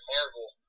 Marvel